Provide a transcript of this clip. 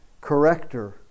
corrector